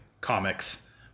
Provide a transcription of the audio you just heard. comics